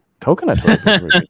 Coconut